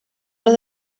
los